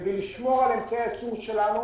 כדי לשמור על אמצעי הייצור שלנו